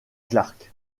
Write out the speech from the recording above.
clark